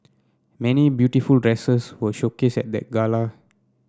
many beautiful dresses were showcased at the gala